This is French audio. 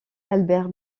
albert